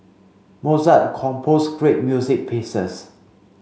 Mozart composed great music pieces